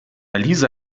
lisa